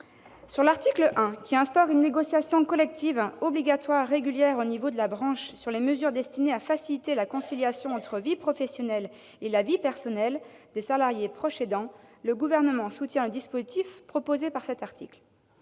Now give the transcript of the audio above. L'article 1 instaure une négociation collective obligatoire régulière au niveau de la branche sur les mesures destinées à faciliter la conciliation entre la vie professionnelle et la vie personnelle des salariés proches aidants. Le Gouvernement soutient le dispositif proposé. Aujourd'hui,